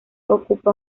ocupa